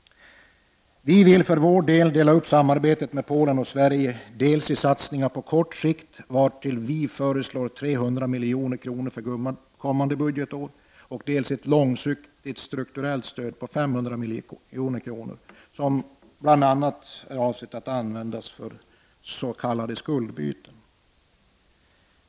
Vi vill för vår del dela upp samarbetet mellan Polen och Sverige i dels satsningar på kort sikt, vartill vi föreslår 300 milj.kr. för kommande budgetår, dels ett långsiktigt strukturellt stöd på 500 milj.kr., avsedda att användas bl.a. för s.k. skuldbyten.